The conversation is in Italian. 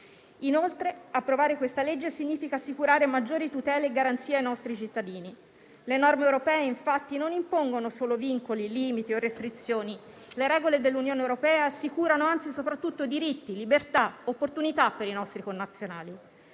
Inoltre, approvare questo disegno di legge significa assicurare maggiori tutele e garanzie ai nostri cittadini. Le norme europee, infatti, non impongono solo vincoli, limiti e restrizioni; le regole dell'Unione europea assicurano, anzi, soprattutto diritti, libertà, opportunità per i nostri connazionali.